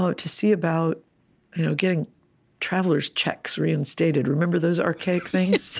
so to see about you know getting traveler's checks reinstated remember those archaic things?